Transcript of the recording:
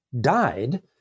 died